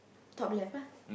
top left ah